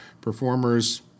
performers